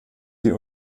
sie